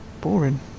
Boring